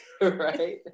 Right